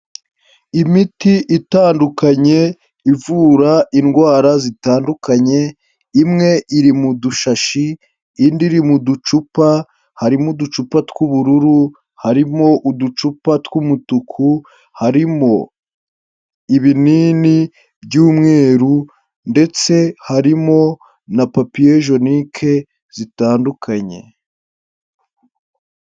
Imiti itandukanye ivura indwara zitandukanye, imwe iri mu dushashi, indi iri mu ducupa, harimo uducupa tw'ubururu, harimo uducupa tw'umutuku, harimo ibinini by'umweru, ndetse harimo na papiyejenike zitandukanye.